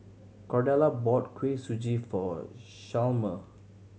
Cordella bought Kuih Suji for Chalmer